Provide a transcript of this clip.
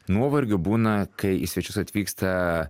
nuovargių būna kai į svečius atvyksta